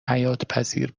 حیاتپذیر